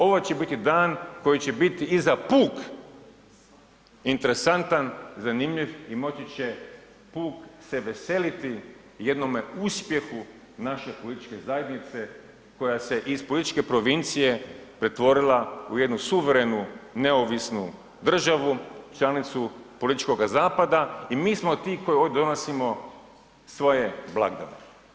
Ovo će biti dan koji će biti i za puk interesantan i zanimljiv i moći će puk se veseliti jednome uspjehu naše političke zajednice koja se iz političke provincije pretvorila u jednu suverenu neovisnu državu, članicu političkoga zapada i mi smo ti koji ovdje donosimo svoje blagdane.